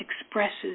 expresses